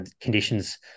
conditions